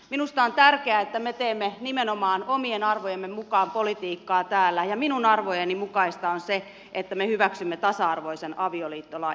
minusta on tärkeää että me teemme nimenomaan omien arvojemme mukaan politiikkaa täällä ja minun arvojeni mukaista on se että me hyväksymme tasa arvoisen avioliittolain